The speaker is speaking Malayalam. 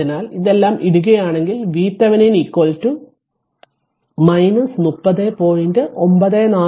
അതിനാൽ ഇതെല്ലാം ഇടുകയാണെങ്കിൽ VThevenin 30